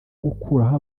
gukuraho